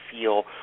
feel